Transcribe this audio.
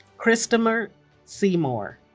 christopher seymour